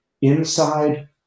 inside